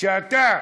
כשאתה